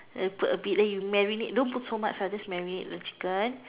then put a bit then you marinate don't put so much lah just marinate the chicken